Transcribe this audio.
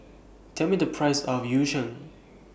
Tell Me The Price of Yu Sheng